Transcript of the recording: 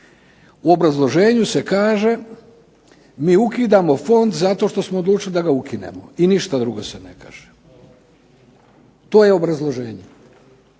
U obrazloženju se kaže mi ukidamo fond zato što smo odlučili da ukinemo, i ništa drugo se ne kaže. To je obrazloženje.